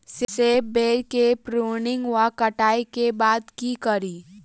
सेब बेर केँ प्रूनिंग वा कटाई केँ बाद की करि?